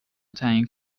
تعیین